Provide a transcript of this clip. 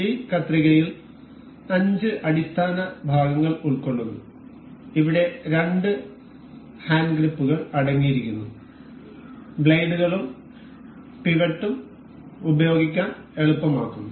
ഈ കത്രികയിൽ അഞ്ച് അടിസ്ഥാന ഭാഗങ്ങൾ ഉൾക്കൊള്ളുന്നു ഇവിടെ രണ്ട് ഹാൻഡ്ഗ്രിപ്പുകൾ അടങ്ങിയിരിക്കുന്നു ബ്ലേഡുകളും പിവറ്റും ഉപയോഗിക്കാൻ എളുപ്പമാക്കുന്നു